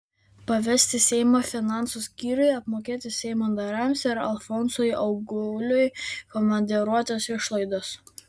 pavesti seimo finansų skyriui apmokėti seimo nariams ir alfonsui auguliui komandiruotės išlaidas